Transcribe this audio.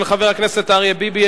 של חבר הכנסת אריה ביבי,